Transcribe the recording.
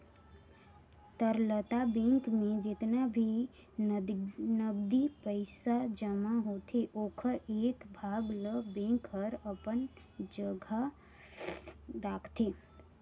तरलता बेंक में जेतना भी नगदी पइसा जमा होथे ओखर एक भाग ल बेंक हर अपन जघा राखतें